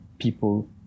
people